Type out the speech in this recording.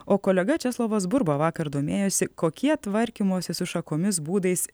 o kolega česlovas burba vakar domėjosi kokie tvarkymosi su šakomis būdais